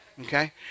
okay